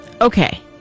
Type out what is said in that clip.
Okay